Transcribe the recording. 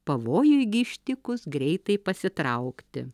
pavojui gi ištikus greitai pasitraukti